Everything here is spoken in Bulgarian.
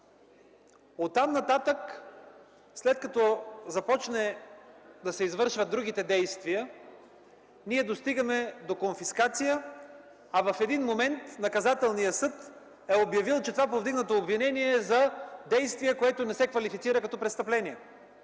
Оттам нататък, след като започнат да се извършват другите действия, достигаме до конфискация. В един момент наказателният съд е обявил, че това повдигнато обвинение е за действие, което не се квалифицира като престъпление.